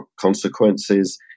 consequences